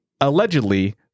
allegedly